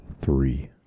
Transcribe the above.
three